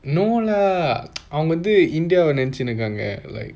no lah அவங்க வந்து:avanga vanthu india நினைச்சிட்டு இருக்காங்க:ninaichitu irukkanga like